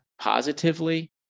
positively